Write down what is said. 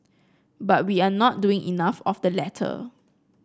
but we are not doing enough of the latter